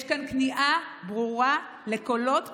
יש כאן כניעה ברורה לקולות קיצוניים.